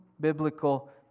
biblical